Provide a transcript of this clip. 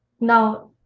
now